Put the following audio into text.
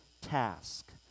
task